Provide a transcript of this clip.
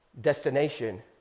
destination